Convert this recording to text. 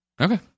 Okay